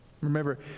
Remember